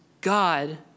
God